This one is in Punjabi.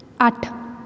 ਅੱਠ